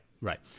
right